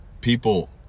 people